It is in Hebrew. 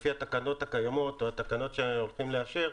לפי התקנות הקיימות או התקנות שהולכים לאשר,